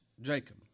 Jacob